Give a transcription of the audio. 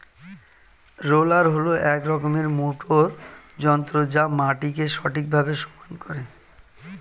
roller হল এক রকমের মোটর যন্ত্র যা মাটিকে ঠিকভাবে সমান করে